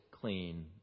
clean